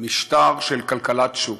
משטר של כלכלת שוק,